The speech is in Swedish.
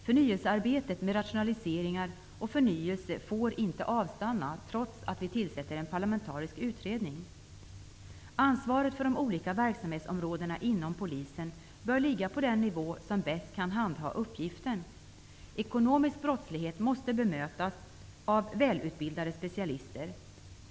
Förnyelsearbetet med rationaliseringar och förnyelse får inte avstanna trots att vi tillsätter en parlamentarisk utredning. Ansvaret för de olika verksamhetsområdena inom polisen bör ligga på den nivå där man bäst kan handha uppgiften. Ekonomisk brottslighet måste bemötas av välutbildade specialister.